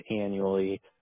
annually